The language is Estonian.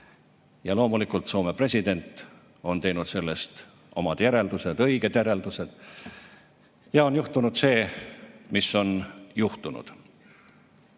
Loomulikult on Soome president teinud sellest oma järeldused, õiged järeldused, ja on juhtunud see, mis on juhtunud.